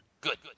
Good